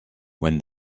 when